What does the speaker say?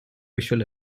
visual